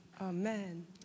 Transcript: amen